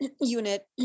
Unit